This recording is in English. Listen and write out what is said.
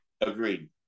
Agreed